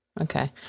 Okay